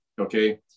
okay